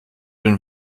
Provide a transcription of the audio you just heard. den